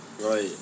Right